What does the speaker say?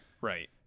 Right